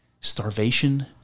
starvation